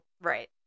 Right